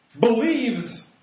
believes